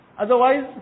Otherwise